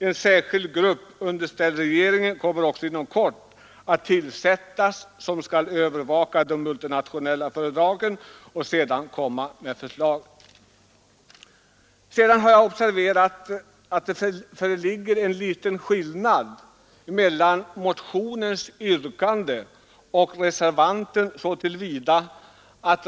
En särskild grupp, underställd regeringen, kommer också inom kort att tillsättas med uppdrag att övervaka de multinationella företagen och att därefter framlägga förslag. Sedan har jag också observerat att det finns en liten skillnad mellan reservationen och yrkandet i motionen.